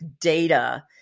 data